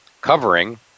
covering